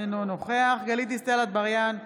אינו נוכח גלית דיסטל אטבריאן,